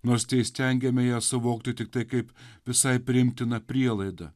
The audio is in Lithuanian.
nors teįstengiame ją suvokti tiktai kaip visai priimtiną prielaidą